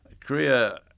Korea